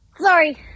Sorry